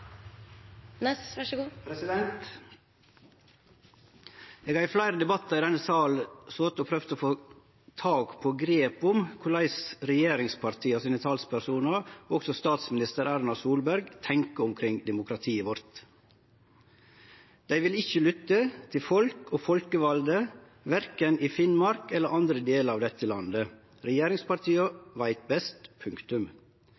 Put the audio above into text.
fleire debattar i denne salen har eg prøvd å få tak på og grep om korleis talspersonane til regjeringspartia og også statsminister Erna Solberg tenkjer omkring demokratiet vårt. Dei vil ikkje lytte til folk og folkevalde i verken Finnmark eller andre delar av dette landet.